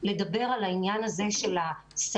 לדבר על העניין של הסלים,